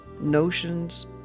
notions